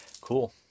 Cool